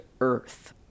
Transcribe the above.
Earth